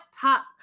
top